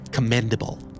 Commendable